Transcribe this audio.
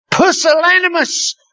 pusillanimous